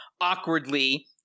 awkwardly